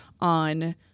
on